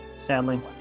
sadly